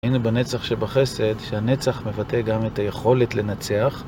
הנה בנצח שבחסד שהנצח מבטא גם את היכולת לנצח